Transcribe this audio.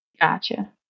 Gotcha